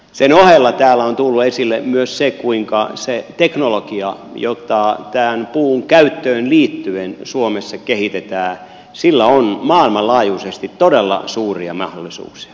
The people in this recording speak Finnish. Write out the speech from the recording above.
sen ohella täällä on tullut esille myös se kuinka sillä teknologialla jota tähän puun käyttöön liittyen suomessa kehitetään on maailmanlaajuisesti todella suuria mahdollisuuksia